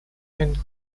and